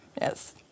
yes